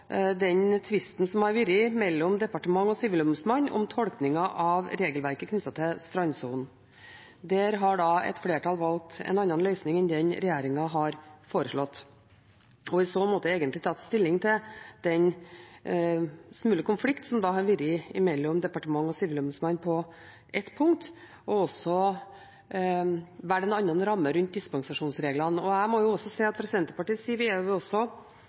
den som regjeringen har foreslått, og i så måte egentlig tatt stilling til den smule konflikt som har vært mellom departementet og Sivilombudsmannen på ett punkt og valgt en annen ramme rundt dispensasjonsreglene. Jeg må også si at vi fra Senterpartiets side